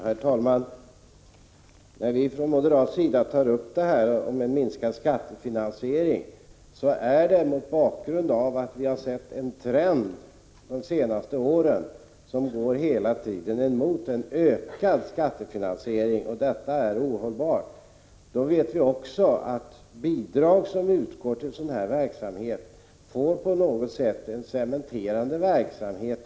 Herr talman! När vi från moderat sida föreslår en minskad skattefinansiering gör vi det mot bakgrund av att vi de senaste åren har sett en trend som hela tiden går mot ökad skattefinansiering. Detta är ohållbart. Vi vet också att bidrag som utgår till sådan här verksamhet på något sätt får en cementerande effekt.